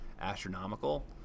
astronomical